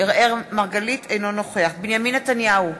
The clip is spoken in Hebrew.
אינו נוכח בנימין נתניהו,